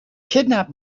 kidnap